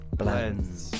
blends